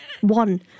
one